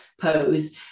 pose